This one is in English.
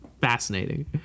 fascinating